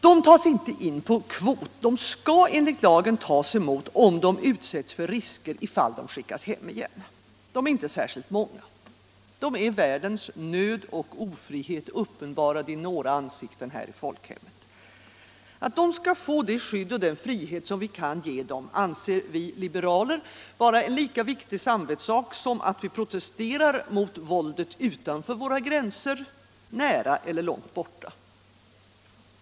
De tas inte in på kvot, de skall enligt lagen tas emot, om de utsätts för risker ifall de skickas hem igen. De är inte särskilt många. De är världens nöd och ofrihet, uppenbarad i några ansikten här i folkhemmet. Att de skall få det skydd och den frihet som vi kan ge dem anser vi liberaler vara en lika viktig samvetssak som att vi protesterar mot våldet utanför våra gränser, nära eller långt borta.